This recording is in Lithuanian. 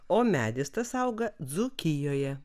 o medis tas auga dzūkijoje